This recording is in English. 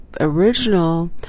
original